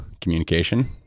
communication